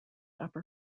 upper